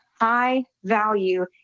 high-value